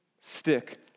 Stick